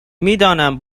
میدانم